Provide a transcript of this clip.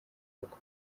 rugo